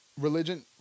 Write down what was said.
religion